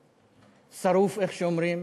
שרוף, איך שאומרים.